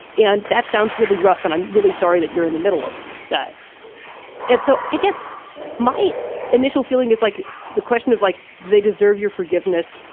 and that sounds really rough and i'm really sorry that you're in the middle of that and so i guess my initial feeling is like the question of like do they deserve your forgiveness.